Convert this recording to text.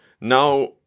Now